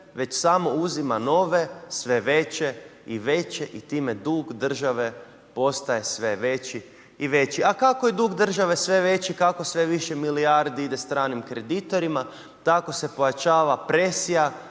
već samo uzima nove, sve veće i veće i time dug države postaje sve veći i veći. A kako je dug države sve veći, kako sve više milijardi ide stranim kreditorima, tako se povećava presija